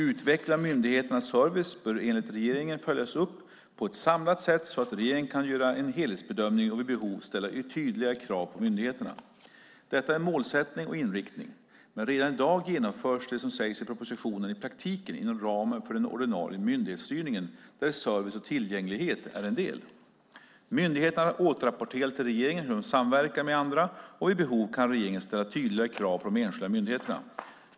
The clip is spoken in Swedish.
Utvecklingen av myndigheternas service bör enligt regeringen följas upp på ett samlat sätt så att regeringen kan göra en helhetsbedömning och vid behov ställa tydligare krav på myndigheterna. Detta är en målsättning och inriktning. Men redan i dag genomförs det som sägs i propositionen i praktiken inom ramen för den ordinarie myndighetsstyrningen, där service och tillgänglighet är en del. Myndigheterna återrapporterar till regeringen hur de samverkar med andra, och vid behov kan regeringen ställa tydligare krav på de enskilda myndigheterna.